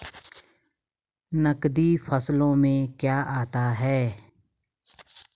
नकदी फसलों में क्या आता है?